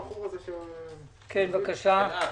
בבקשה.